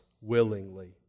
willingly